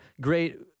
great